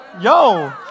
Yo